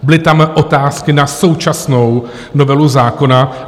Byly tam otázky na současnou novelu zákona.